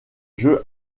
jeu